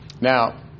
Now